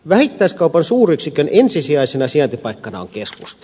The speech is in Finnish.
vähittäiskaupan suuryksikön ensisijaisena sijaintipaikkana on keskusta